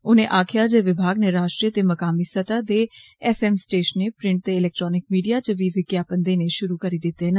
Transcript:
उनें आक्खेआ जे विमाग ने राश्ट्रीय ते मकामी सतह दे एफ एम स्टेषनें प्रिंट ते इलेक्ट्रानिक मीडिया च बी विज्ञापन देने षुरु करी दिते न